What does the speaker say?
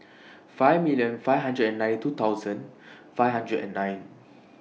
five million five hundred and ninety two thousand five hundred and nine